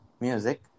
music